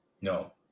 No